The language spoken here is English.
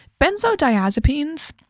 benzodiazepines